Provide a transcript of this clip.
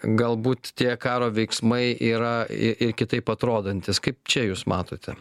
na galbūt tie karo veiksmai yra ir i kitaip atrodantys kaip čia jūs matote